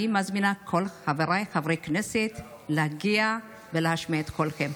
אני מזמינה את כל חבריי חברי הכנסת להגיע ולהשמיע את קולכם.